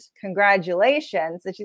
Congratulations